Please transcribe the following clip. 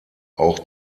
auch